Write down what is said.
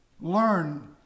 Learn